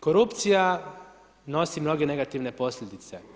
Korupcija nosi mnoge negativne posljedice.